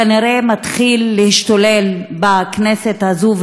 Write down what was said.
כנראה מתחיל להשתולל בכנסת הזאת,